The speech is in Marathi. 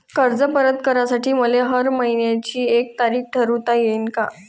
कर्ज परत करासाठी मले हर मइन्याची एक तारीख ठरुता येईन का?